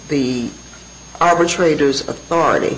the arbitrator's authority